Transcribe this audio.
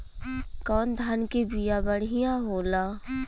कौन धान के बिया बढ़ियां होला?